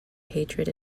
hatred